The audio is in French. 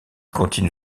continue